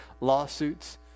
lawsuits